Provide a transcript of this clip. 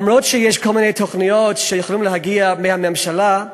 אף-על-פי שיש כל מיני תוכניות שיכולות להגיע מהממשלה,